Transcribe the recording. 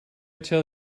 tell